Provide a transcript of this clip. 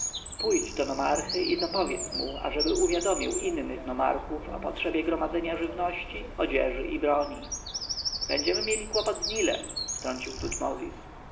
pójdź do nomarchy i zapowiedz mu aby uwiadomił innych nomarchów o potrzebie gromadzenia żywności odzieży i broni będziemy mieli kłopot z nilem wtrącił tutmozis